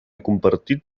compartit